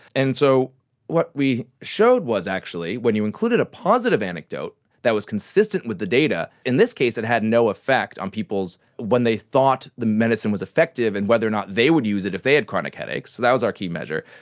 and so what we showed was actually when you included a positive anecdote that was consistent with the data, in this case it had no effect on people's, when they thought the medicine was effective and whether or not they would use it if they had chronic headaches, so that was our key measure,